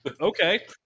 Okay